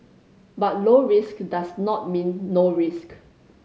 but low risk does not mean no risk